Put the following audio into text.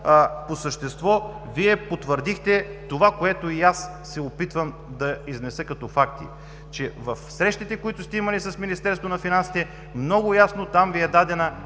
По същество Вие потвърдихте това, което и аз се опитвам да изнеса като факти, че в срещите, които сте имали с Министерството на финансите, много ясно там Ви е дадена